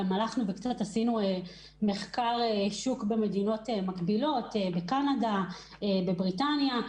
ביצענו חקר שוק במדינות מקבילות קנדה, בריטניה,